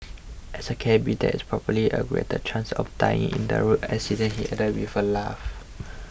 as a cabby there is probably a greater chance of dying in a road accident he added with a laugh